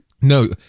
No